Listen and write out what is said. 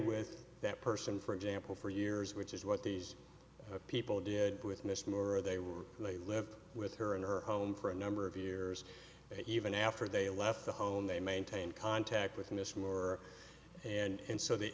with that person for example for years which is what these people did with mr moore they were they lived with her in her home for a number of years and even after they left the home they maintained contact with miss moore and so the